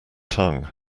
tongue